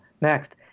next